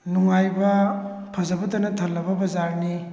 ꯅꯨꯡꯉꯥꯏꯕ ꯐꯖꯕꯇꯅ ꯊꯜꯂꯕ ꯕꯖꯥꯔꯅꯤ